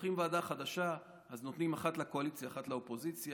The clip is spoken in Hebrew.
כשפותחים ועדה חדשה אז נותנים אחד לקואליציה ואחד לאופוזיציה,